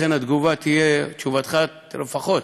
שאכן התגובה תהיה, תשובתך לפחות.